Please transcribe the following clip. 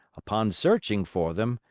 upon searching for them,